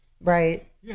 right